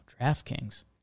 DraftKings